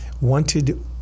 wanted